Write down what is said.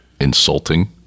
insulting